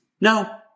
No